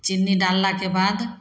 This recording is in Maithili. चिन्नी डाललाके बाद